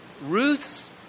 Ruth's